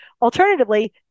alternatively